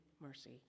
mercy